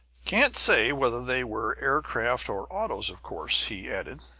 can't say whether they were aircraft or autos, of course, he added,